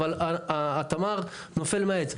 אבל התמר נופל מהעץ,